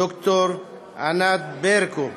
דוקטור ענת ברקו,